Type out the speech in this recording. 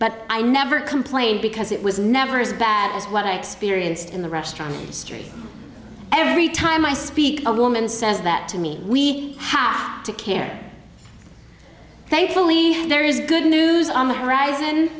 but i never complained because it was never as bad as what i experienced in the restaurant every time i speak a woman says that to me we have to care thankfully there is good news on the horizon